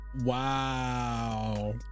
Wow